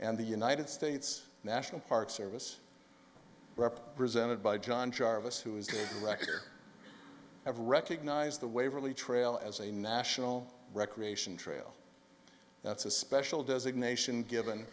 and the united states national park service represented by john jarvis who is a wrecker have recognized the waverley trail as a national recreation trail that's a special designation given